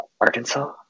Arkansas